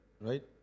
right